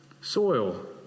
soil